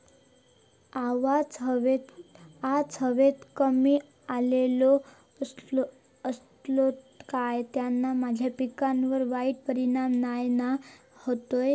आज हवेत कमी ओलावो असतलो काय त्याना माझ्या पिकावर वाईट परिणाम नाय ना व्हतलो?